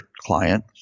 client